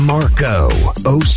Marco